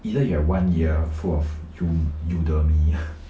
either you have one year full of U Udemy